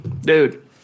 Dude